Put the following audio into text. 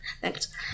Thanks